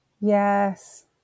Yes